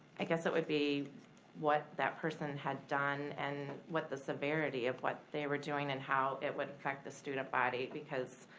i guess it would be what that person had done and what the severity of what they were doing and how it would affect the student body. because,